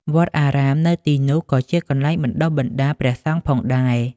វត្តអារាមនៅទីនោះក៏ជាកន្លែងបណ្តុះបណ្តាលព្រះសង្ឃផងដែរ។